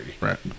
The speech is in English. Right